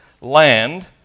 land